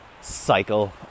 cycle